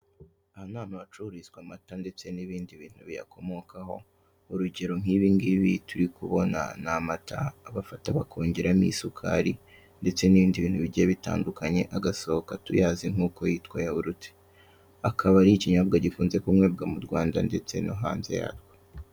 Aha ni ahantu hacururizwa amata ndetse n'ibindi bintu biyakomokaho, urugero nk'ibingibi turi kubona ni amata bafata bakongeramo isukari ndetse n'ibindi bintu bigiye bitandukanye, agasohoka tuyazi nk'uko yitwa yahurute, akaba ari ikinyobwa gikunze kunywebwa mu Rwanda ndetse no hanze yarwo.